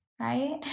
Right